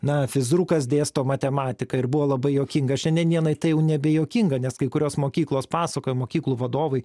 na fizrukas dėsto matematiką ir buvo labai juokinga šiandien dienai tai jau nebejuokinga nes kai kurios mokyklos pasakoja mokyklų vadovai